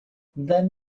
then